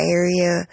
area